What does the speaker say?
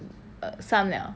uh some liao